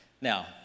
Now